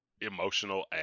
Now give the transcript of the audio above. emotional